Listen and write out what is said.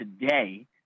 today